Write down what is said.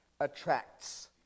attracts